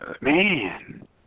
Man